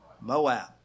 Moab